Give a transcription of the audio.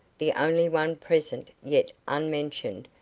the only one present yet unmentioned,